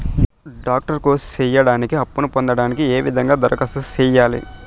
Doctor course సేయడానికి అప్పును పొందడానికి ఏ విధంగా దరఖాస్తు సేయాలి?